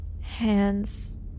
Hands